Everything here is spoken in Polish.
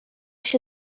się